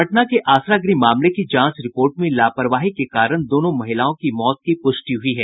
पटना के आसरा गृह मामले की जांच रिपोर्ट में लापरवाही के कारण दोनों महिलाओं की मौत की हुई पुष्टि है